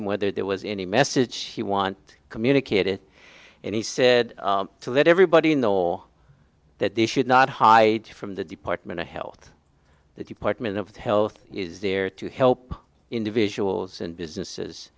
him whether there was any message he want communicated and he said to let everybody know that this should not hide from the department of health the department of health is there to help individuals and businesses